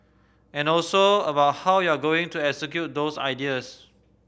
and also about how you're going to execute those ideas